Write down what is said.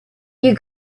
you